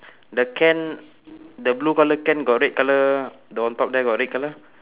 the can the blue colour can got red colour the on top there got red colour